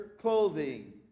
clothing